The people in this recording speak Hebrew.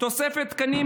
תוספת תקנים,